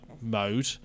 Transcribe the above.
mode